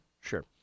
sure